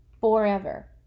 forever